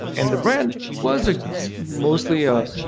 and the brand was ah mostly a,